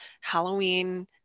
Halloween